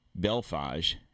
Belfage